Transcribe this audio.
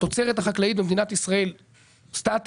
התוצרת החקלאית במדינת ישראל סטטית.